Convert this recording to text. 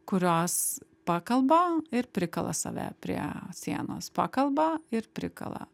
kurios pakalba ir prikala save prie sienos pakalba ir prikala